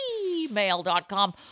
gmail.com